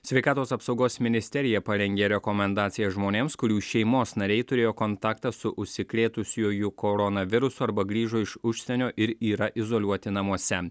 sveikatos apsaugos ministerija parengė rekomendaciją žmonėms kurių šeimos nariai turėjo kontaktą su užsikrėtusiuoju koronavirusu arba grįžo iš užsienio ir yra izoliuoti namuose